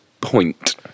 point